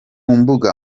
mbuga